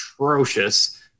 atrocious